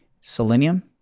selenium